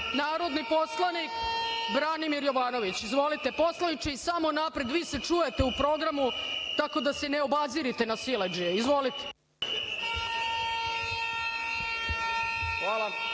narodni poslanik Branimir Jovanović. Izvolite, poslaniče, i samo napred vi se čujete u programu tako da se ne obazirite na siledžije. Izvolite.